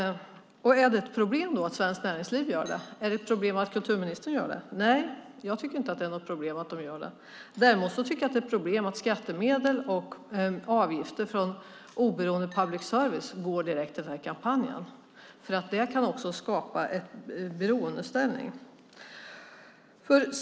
Är det ett problem att Svenskt Näringsliv gör det? Är det ett problem att kulturministern gör det? Nej, jag tycker inte att det är ett problem att de gör det. Däremot tycker jag att det är ett problem att skattemedel och avgifter från oberoende public service går direkt till den kampanjen. Det kan skapa en beroendeställning.